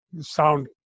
sound